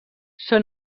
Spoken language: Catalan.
són